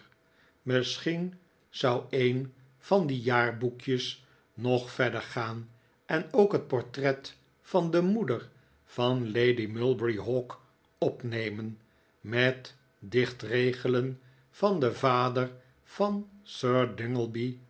misschien zou een van die jaarboekjes nog verder gaan en ook het portret van de moeder van lady mulberry hawk opnemen met dichtregelen van den vader van